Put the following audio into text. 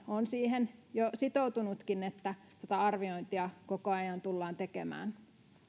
hallitus on siihen jo sitoutunutkin että tätä arviointia koko ajan tullaan tekemään